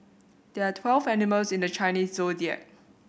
there are twelve animals in the Chinese Zodiac